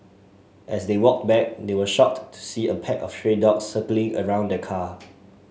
as they walked back they were shocked to see a pack of stray dogs circling around the car